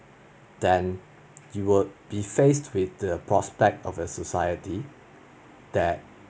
then you will be faced with the prospect of the society that